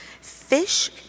fish